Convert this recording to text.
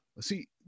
See